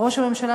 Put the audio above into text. ראש הממשלה,